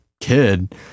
kid